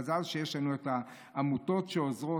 מזל שיש לנו את העמותות שעוזרות,